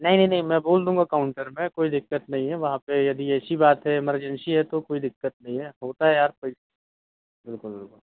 नहीं नहीं नहीं मैं बोल दूँगा काउन्टर में कोई दिक्कत नहीं है वहाँ पर यदि ऐसी बात है एमरजेंसी है तो कोई दिक्कत नहीं है होता है यार बिल्कुल बिल्कुल